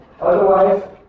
otherwise